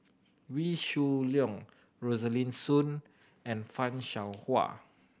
Wee Shoo Leong Rosaline Soon and Fan Shao Hua